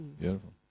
Beautiful